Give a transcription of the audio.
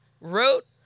wrote